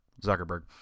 Zuckerberg